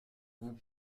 vous